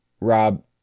Rob